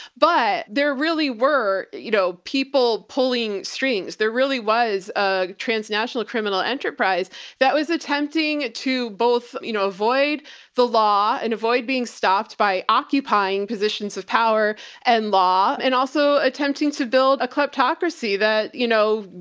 but there really were, you know, people pulling strings. there really was a transnational criminal enterprise that was attempting to both, you know, avoid the law and avoid being stopped by occupying positions of power and law and also attempting to build a kleptocracy that, you know,